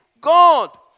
God